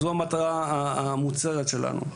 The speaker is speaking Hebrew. זו המטרה המוצהרת שלנו.